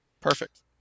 perfect